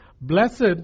Blessed